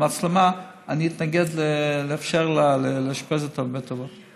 אני אתנגד לאפשר לה לאשפז אותם בבית אבות.